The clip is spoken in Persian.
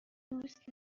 دوست